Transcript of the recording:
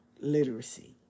literacy